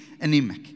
anemic